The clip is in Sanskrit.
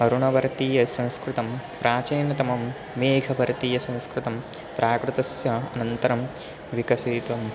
अरुणवर्तीयसंस्कृतं प्राचीनतमं मेघभारतीयसंस्कृतं प्राकृतस्य अनन्तरं विकसितुं